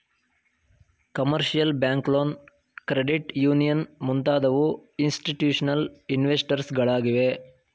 commercial bank loan, credit union ಮುಂತಾದವು institutional investors ಗಳಾಗಿವೆ